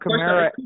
Kamara